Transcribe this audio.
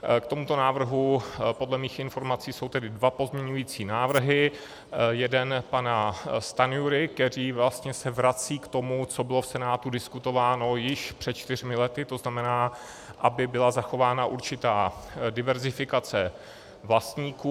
K tomuto návrhu podle mých informací jsou tedy dva pozměňující návrhy, jeden pana Stanjury, který se vlastně vrací k tomu, co bylo v Senátu diskutováno již před čtyřmi lety, to znamená, aby byla zachována určitá diverzifikace vlastníků.